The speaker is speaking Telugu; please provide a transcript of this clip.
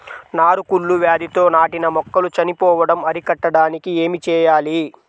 నారు కుళ్ళు వ్యాధితో నాటిన మొక్కలు చనిపోవడం అరికట్టడానికి ఏమి చేయాలి?